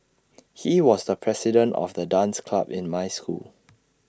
he was the president of the dance club in my school